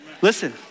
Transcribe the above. Listen